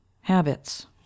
Habits